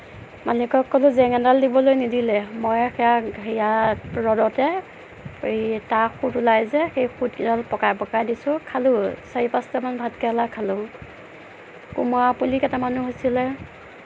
মালিকক ক'লো জেং এডাল দিবলে নিদিলে মইয়েই সেয়া সেয়া ৰ'দতে এই তাত সুঁত ওলাই যে সুতডাল পকাই পকাই দিছোঁ খালোঁ চাৰি পাঁচটামান ভাতকেৰেলা খালোঁ কোমোৰা পুলি কেইটামানো হৈছিলে